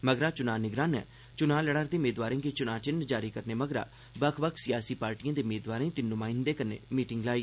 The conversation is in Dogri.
मगरा चुनां निगरानें चुनाएं लड़ा' रदे मेदवारें गी चुनां चिन्ह जारी करने मगरा बक्ख बक्ख सियासी पार्टिएं दे मेदवारें ते न्माइंदे कन्नै मीटिंग लाई